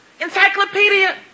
encyclopedia